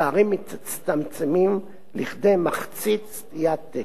הפערים מצטמצמים כדי מחצית סטיית תקן.